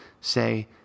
say